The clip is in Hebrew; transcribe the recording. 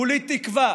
כולי תקווה